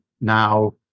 now